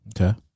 Okay